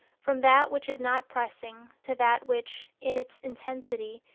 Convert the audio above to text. from that which is not pressing to that which, in its intensity,